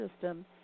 system